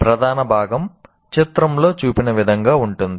ప్రధాన భాగం చిత్రంలో చూపిన విధంగా ఉంటుంది